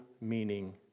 meaning